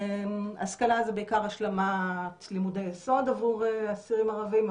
השכלה זה בעיקר השלמת לימודי יסוד עבור אסירים ערבים,